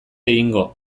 egingo